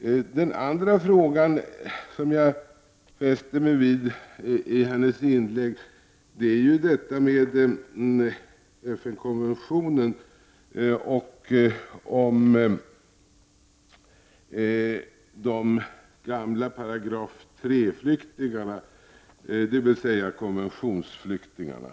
säger. Den andra frågan i hennes inlägg som jag fäste mig vid var frågan om §3-flyktingarna, dvs. konventionsflyktingarna.